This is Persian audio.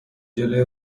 جلوی